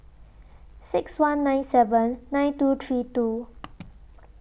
six one nine seven nine two three two